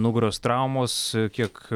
nugaros traumos kiek